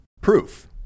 proof